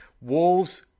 Wolves